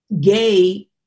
gay